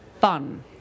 fun